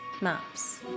maps